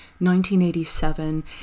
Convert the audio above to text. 1987